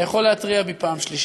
אתה יכול להתריע פעם שלישית.